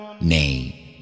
Nay